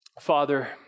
Father